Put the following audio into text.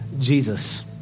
Jesus